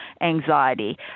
anxiety